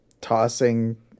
tossing